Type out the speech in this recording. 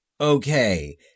okay